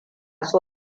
so